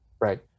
right